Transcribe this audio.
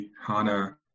HANA